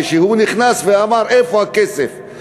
כשהוא נכנס ואמר: איפה הכסף?